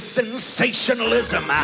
sensationalism